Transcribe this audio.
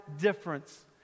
difference